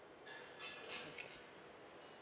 okay